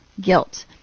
guilt